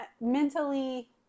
mentally